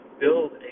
build